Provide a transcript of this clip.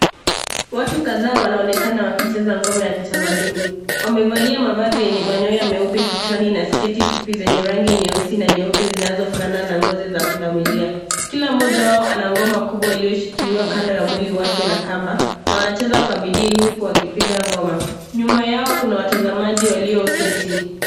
Watu kadhaa wanaonekana wakicheza Ngoma ya kitamaduni. Wamevalia mavazi yenye manyoya meupe kichwani na sketi fupi zenye rangi nyeusi na nyeupe zinazofanana na ngozi za pundamilia. Kila mmoja wao ana ngoma kubwa iliyoshikiliwa kando ya mwili wake na kamba na wanacheza na bidii huku wakipiga ngoma. Nyuma yao Kuna watazamaji walioketi.